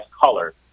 color